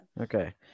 Okay